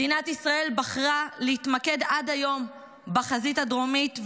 מדינת ישראל בחרה להתמקד עד היום בחזית הדרומית,